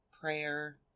prayer